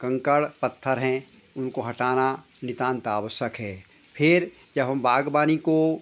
कंकर पत्थर हैं उनको हटाना नितांत आवश्यक है फिर जब हम बाग़बानी को